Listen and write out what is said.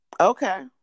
Okay